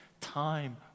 time